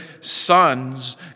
sons